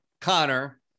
Connor